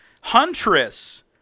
huntress